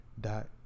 dot